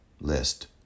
list